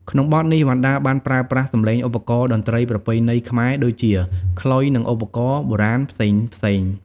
ក្នុងបទនេះ វណ្ណដាបានប្រើប្រាស់សម្លេងឧបករណ៍តន្ត្រីប្រពៃណីខ្មែរ ដូចជា ខ្លុយ និងឧបករណ៍បុរាណផ្សេងៗ។